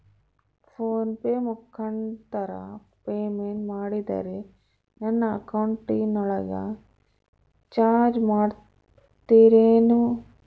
Phone pay ಮುಖಾಂತರ payment ಮಾಡಿದರೆ ನನ್ನ ಅಕೌಂಟಿನೊಳಗ ಚಾರ್ಜ್ ಮಾಡ್ತಿರೇನು?